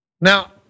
Now